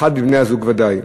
אחד מבני-הזוג בוודאי.